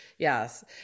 Yes